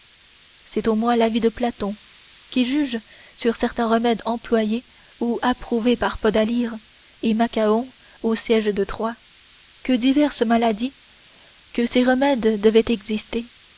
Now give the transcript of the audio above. c'est au moins l'avis de platon qui juge sur certains remèdes employés ou approuvés par podalyre et macaon au siège de troie que diverses maladies que ces remèdes devaient exciter